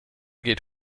geht